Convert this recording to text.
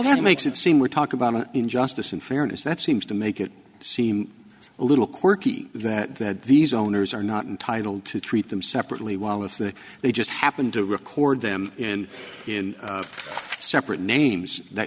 that makes it seem we talk about an injustice and fairness that seems to make it seem a little quirky that that these owners are not entitled to treat them separately while if the they just happen to record them in separate names that